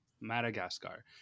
Madagascar